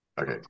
Okay